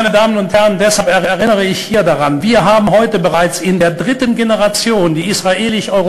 אבל אנחנו צריכים גם להעמיק את יחסי הכלכלה בינינו לבין ישראל.